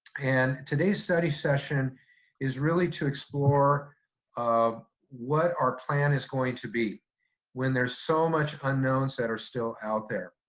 and today's study session is really to explore um what our plan is going to be when there's so much unknowns that are still out there.